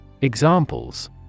Examples